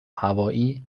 هوایی